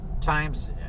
times